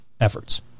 efforts